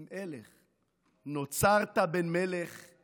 אם הלך, / נוצרת בן מלך /